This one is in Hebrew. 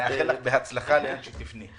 נאחל לך הצלחה בכל מקום שאליו תפני.